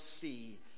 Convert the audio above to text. see